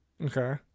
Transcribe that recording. Okay